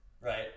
right